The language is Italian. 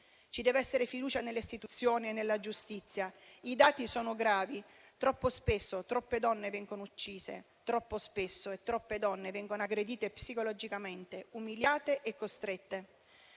Ci deve essere fiducia nelle istituzioni e nella giustizia. I dati sono gravi. Troppo spesso e troppe donne vengono uccise, troppo spesso e troppe donne vengono aggredite psicologicamente, umiliate e costrette.